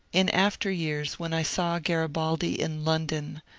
in after years when i saw garibaldi in london,